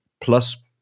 plus